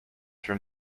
from